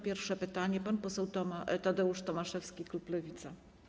Pierwsze pytanie zada pan poseł Tadeusz Tomaszewski, klub Lewica.